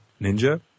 ninja